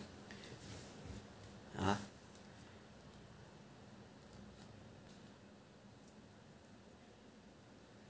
!huh!